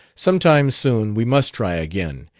some time, soon, we must try again.